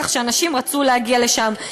כך שאנשים רצו להגיע לשם.